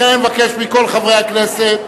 לכן אני מבקש מכל חברי הכנסת,